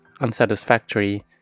unsatisfactory